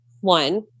One